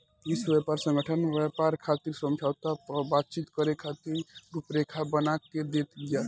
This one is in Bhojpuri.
विश्व व्यापार संगठन व्यापार खातिर समझौता पअ बातचीत करे खातिर रुपरेखा बना के देत बिया